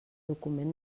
document